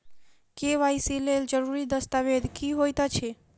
KYC लेल जरूरी दस्तावेज की होइत अछि?